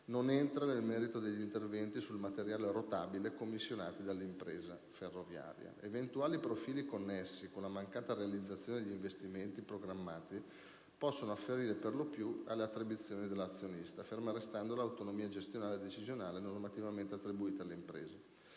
non entra nel merito degli interventi sul materiale rotabile commissionati dall'impresa ferroviaria. Eventuali profili connessi con la mancata realizzazione degli investimenti programmati possono afferire, per lo più, alle attribuzioni dell'azionista - Ministero dell'economia e finanze - ferma restando l'autonomia gestionale e decisionale normativamente attribuita alle imprese